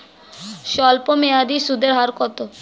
স্বল্পমেয়াদী সুদের হার কত?